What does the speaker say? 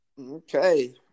okay